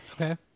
Okay